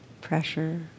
pressure